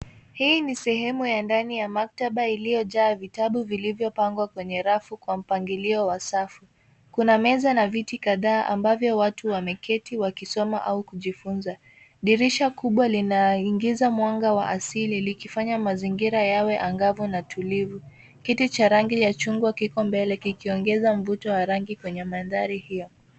Hii ni sehemu ya ndani ya maktaba iliyojaa vitabu vilivyo pangwa kwenye rafu kwa mpangilio wa safu kuna meza na viti kadhaa ambavyo watu wameketi wakisoma au kujifunza dirisha kubwa linaingiza mwanga wa asili likifanya mazingira yawe angafu na tulifu kiti cha rangi ya chungwa kiko mbele kikiongesa mfuto wa rangi kwenye manthari hiyo